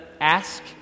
ask